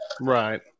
Right